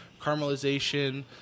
caramelization